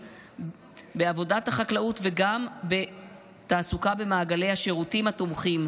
בעבודת החקלאות וגם בתעסוקה במעגלי השירותים התומכים,